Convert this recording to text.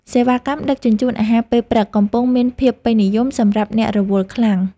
សេវាកម្មដឹកជញ្ជូនអាហារពេលព្រឹក កំពុងមានភាពពេញនិយមសម្រាប់អ្នករវល់ខ្លាំង។